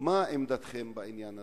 מה עמדתכם בעניין הזה?